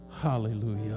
Hallelujah